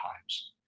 times